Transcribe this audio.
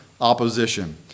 opposition